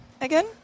again